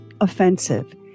offensive